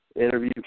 interview